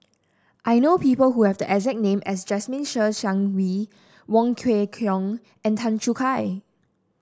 I know people who have the exact name as Jasmine Ser Xiang Wei Wong Kwei Cheong and Tan Choo Kai